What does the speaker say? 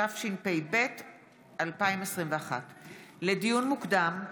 התשפ"ב 2021. לדיון מוקדם,